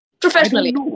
Professionally